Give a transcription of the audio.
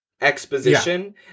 exposition